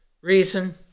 reason